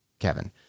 Kevin